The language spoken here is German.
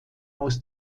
aus